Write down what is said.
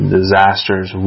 disasters